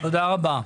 תודה רבה.